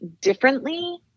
differently